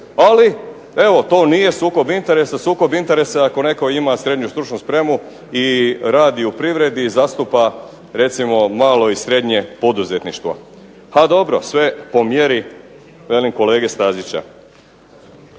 Ali, evo to nije sukob interesa, sukob interesa je ako netko ima srednju stručnu spremu i radi u privredi i zastupa recimo malo i srednje poduzetništvo. Pa dobro, sve po mjeri velim kolege Stazića.